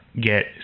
get